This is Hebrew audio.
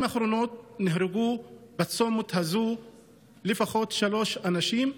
האחרונות נהרגו בצומת הזה לפחות שלושה אנשים,